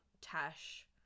Tash